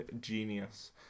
genius